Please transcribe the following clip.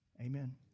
Amen